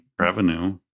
revenue